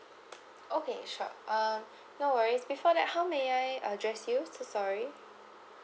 okay sure uh no worries before that how may I address you so sorry